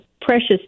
precious